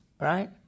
right